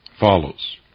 follows